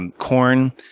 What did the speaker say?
and corn,